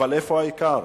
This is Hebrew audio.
אבל איפה העיקר?